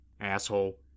Asshole